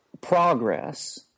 Progress